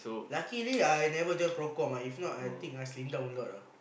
luckily I never join pro com ah if not I think I slim down a lot ah